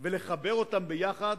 ולחבר אותן יחד,